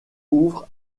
ouvre